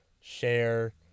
share